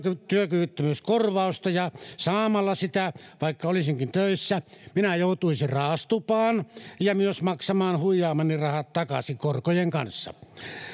työkyvyttömyyskorvausta ja saamalla sitä vaikka olisinkin töissä minä joutuisin raastupaan ja myös maksamaan huijaamani rahat takaisin korkojen kanssa